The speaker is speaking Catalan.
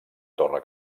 torre